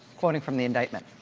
quoting from the indictment,